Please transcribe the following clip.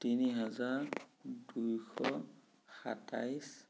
তিনি হাজাৰ দুইশ সাতাইছ